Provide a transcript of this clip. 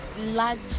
large